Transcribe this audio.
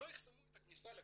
לא יחסמו את הכניסה לכנסת,